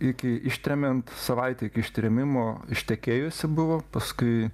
iki ištremiant savaitė iki ištrėmimo ištekėjusi buvo paskui